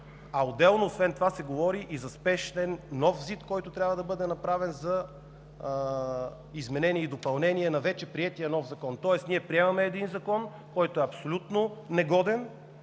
понеделник. Освен това, се говори и за спешен нов ЗИД, който трябва да бъде направен за изменение и допълнение на вече приетия нов закон. Тоест ние приемаме един закон, който е абсолютно негоден,